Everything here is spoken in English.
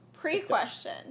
Pre-question